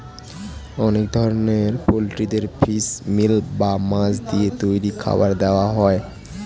অনেক ধরনের পোল্ট্রিদের ফিশ মিল বা মাছ দিয়ে তৈরি খাবার দেওয়া হয়